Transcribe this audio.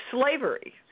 slavery